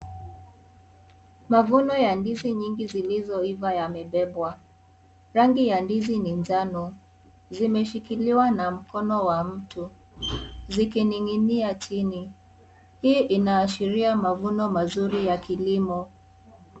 Mavuno ya ndizi nyingi zilizoiva yamebebwa. Rangi ya ndizi ni njano. Zimeshikiliwa na mkono wa mtu zikining'inia chini. Hii inaashiria mavuno mazuri ya kilimo.